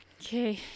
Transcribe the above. Okay